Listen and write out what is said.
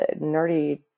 nerdy